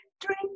drink